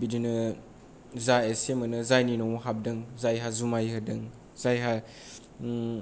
बिदिनो जा एसे मोनो जायनि न'वाव हाबदों जायहा जुमाय होदों जायहा ओम